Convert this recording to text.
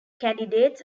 candidates